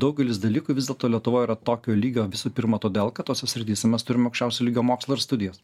daugelis dalykų vis dėlto lietuvoj yra tokio lygio visų pirma todėl kad tose srityse mes turim aukščiausio lygio mokslą ir studijas